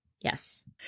Yes